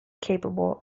capable